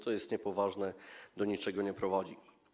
To jest niepoważne, do niczego nie prowadzi.